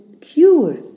cure